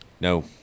No